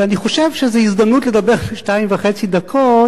אני חושב שזו הזדמנות לדבר שתיים וחצי דקות